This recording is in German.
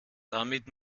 damit